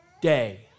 day